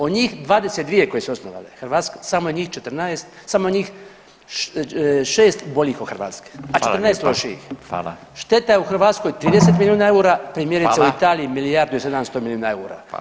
Od njih 22 koje su osnovale, Hrvatska, samo je njih 14, samo 6 boljih od Hrvatske, a 14 lošijih [[Upadica: Hvala lijepa, hvala.]] Šteta je u Hrvatskoj 30 milijuna eura, primjerice u Italiji [[Upadica: Hvala.]] milijardu i 700 milijuna eura.